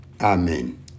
Amen